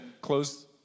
close